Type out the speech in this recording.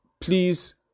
please